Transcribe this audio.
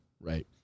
right